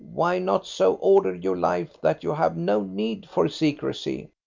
why not so order your life that you have no need for secrecy?